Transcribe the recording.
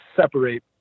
separate